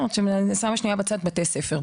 אני שמה לרגע בצד את בתי הספר.